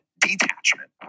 detachment